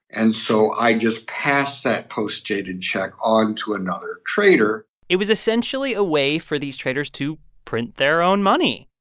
and so i just pass that postdated check on to another trader it was essentially a way for these traders to print their own money.